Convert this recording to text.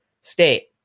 state